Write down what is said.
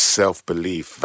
self-belief